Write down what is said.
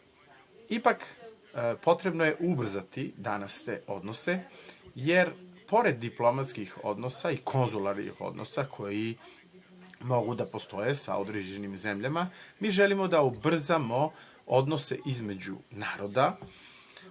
Ipak, potrebno je ubrzati danas te odnose, jer pored diplomatskih odnosa i konzularnih odnosa, koji mogu da postoje sa određenim zemljama, mi želimo da ubrzamo odnose između naroda,